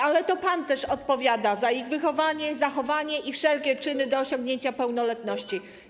Ale to pan też odpowiada za ich wychowanie, zachowanie i wszelkie czyny do osiągnięcia pełnoletności.